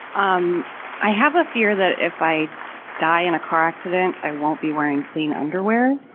um i have a fear that if i die in a car accident, i won't be wearing clean underwear